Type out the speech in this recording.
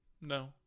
No